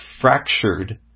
fractured